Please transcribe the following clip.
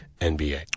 NBA